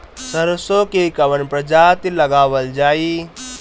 सरसो की कवन प्रजाति लगावल जाई?